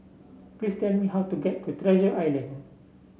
please tell me how to get to Treasure Island